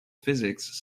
physics